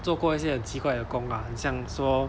做过一些很奇怪的工啊很像说